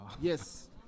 yes